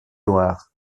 loire